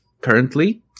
currently